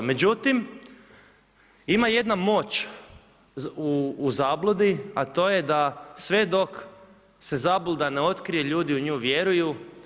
Međutim, ima jedna moć u zabludi, a to je sve dok se zabluda ne otkrije, ljudi u nju vjeruju.